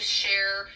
share